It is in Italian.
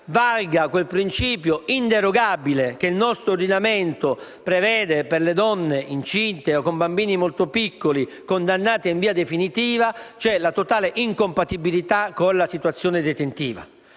valga quel principio inderogabile che il nostro ordinamento prevede per le donne incinte o con bambini molto piccoli condannate in via definitiva, cioè la totale incompatibilità con la situazione detentiva.